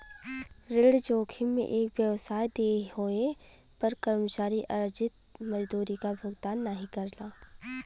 ऋण जोखिम में एक व्यवसाय देय होये पर कर्मचारी अर्जित मजदूरी क भुगतान नाहीं करला